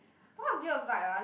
what weird vibe ah